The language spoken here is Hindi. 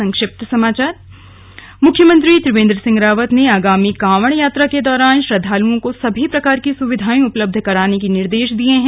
संक्षिप्त समाचार मुख्यमंत्री त्रिवेन्द्र सिंह रावत ने आगामी कांवड़ यात्रा के दौरान श्रद्वालुओं को सभी प्रकार की सुविधांए उपलब्ध कराने के निर्देश दिए हैं